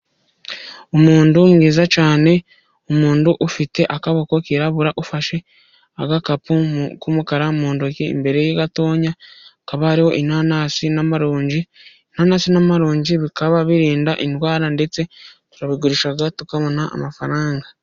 Umuntu mwiza cyane, umuntu ufite akaboko kirabura ufashe agakapu k'umukara mu ntoki, imbere ye gato hakaba hari inanasi n'amaronji. Inanasi n'amarongi bikaba birinda indwara ndetse turabigurisha tukabona amafaranga.